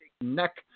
neck